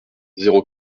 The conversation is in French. zéro